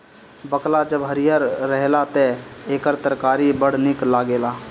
बकला जब हरिहर रहेला तअ एकर तरकारी बड़ा निक लागेला